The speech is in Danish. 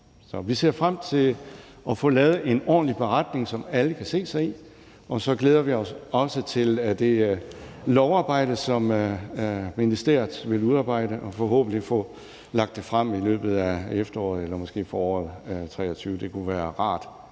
vi ser frem til at få lavet en ordentlig beretning, som alle kan se sig selv i. Og så glæder vi os også til det lovarbejde, som ministeriet vil gennemføre og forhåbentlig få lagt frem i løbet af efteråret eller måske foråret 2023. Det kunne være rart,